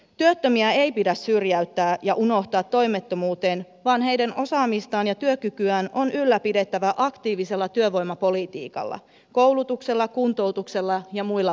työttömiä ei pidä syrjäyttää ja unohtaa toimettomuuteen vaan heidän osaamistaan ja työkykyään on ylläpidettävä aktiivisella työvoimapolitiikalla koulutuksella kuntoutuksella ja muilla palveluilla